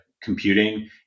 computing